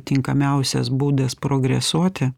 tinkamiausias būdas progresuoti